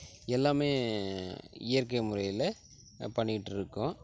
எல்லாமே இயற்கை முறையில் பண்ணிக்கிட்டுருக்கோம்